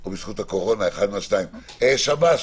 שב"ס,